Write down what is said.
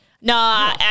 No